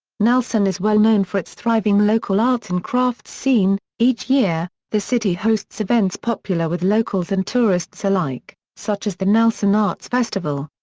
nelson is well known for its thriving local arts and crafts scene, each year, the city hosts events popular with locals and tourists alike, such as the nelson arts festival.